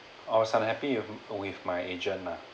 I was unhappy with with my agent lah